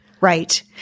right